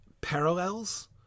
parallels